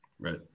right